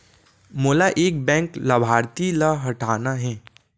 मोला एक बैंक लाभार्थी ल हटाना हे?